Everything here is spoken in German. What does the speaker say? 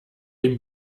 dem